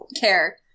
care